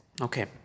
Okay